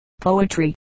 Poetry